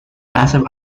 passive